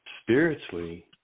spiritually